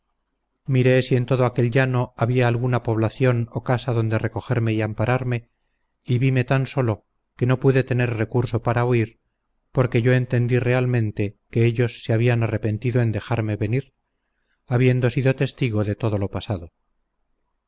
si en todo aquel llano había alguna población o casa adonde recogerme y ampararme y vime tan solo que no pude tener recurso para huir porque yo entendí realmente que ellos se habían arrepentido en dejarme venir habiendo sido testigo de todo lo pasado